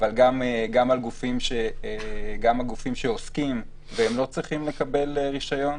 אבל גם על גופים שעוסקים והם לא צריכים לקבל רישיון,